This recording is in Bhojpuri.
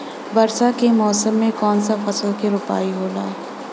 वर्षा के मौसम में कौन सा फसल के रोपाई होला?